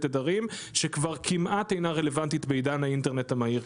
תדרים שכבר כמעט אינה רלוונטית בעידן האינטרנט המהיר.